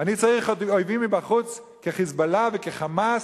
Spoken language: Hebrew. אני צריך עוד אויבים מבחוץ כ"חיזבאללה" וכ"חמאס",